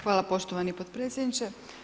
Hvala poštovani potpredsjedniče.